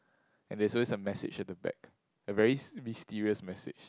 and there's always a message at the back a very mysterious message